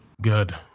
good